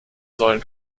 sollen